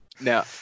Now